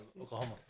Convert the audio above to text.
Oklahoma